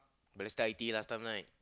Balestier I_T_E last time right